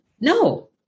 No